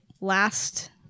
last